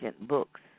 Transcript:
books